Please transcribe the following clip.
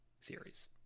series